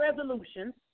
resolutions